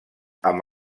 amb